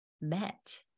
met